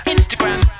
Instagram